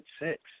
six